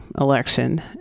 election